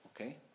Okay